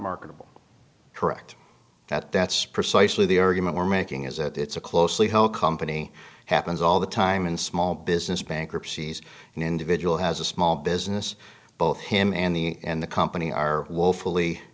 marketable correct that that's precisely the irgun we're making is that it's a closely held company happens all the time in small business bankruptcies an individual has a small business both him and the and the company are woefully